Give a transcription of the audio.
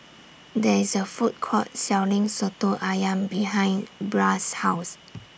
There IS A Food Court Selling Soto Ayam behind Bria's House